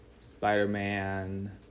Spider-Man